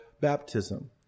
baptism